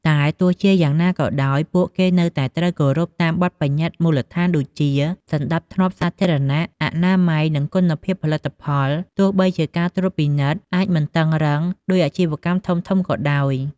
តែទោះជាយ៉ាងណាក៏ដោយ ពួកគេនៅតែត្រូវគោរពតាមបទប្បញ្ញត្តិមូលដ្ឋានដូចជា សណ្តាប់ធ្នាប់សាធារណៈ អនាម័យ និងគុណភាពផលិតផល ទោះបីជាការត្រួតពិនិត្យអាចមិនតឹងរ៉ឹងដូចអាជីវកម្មធំៗក៏ដោយ។